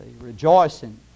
rejoicing